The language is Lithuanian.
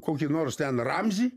kokį nors ten ramzį